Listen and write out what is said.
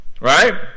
Right